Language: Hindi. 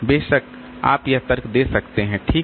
बेशक आप यह तर्क दे सकते हैं ठीक है